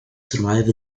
survive